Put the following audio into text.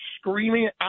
screaming